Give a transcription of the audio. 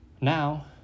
Now